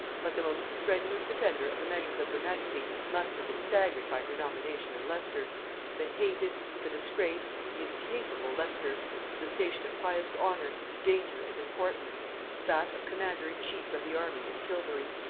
but the most strenuous defender of the measures of her majesty must have been staggered by her nomination of leicester the hated, the disgraced, the incapable leicester to the station of highest honor, danger, and importance that of commander in chief of the army at tilbury.